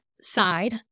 side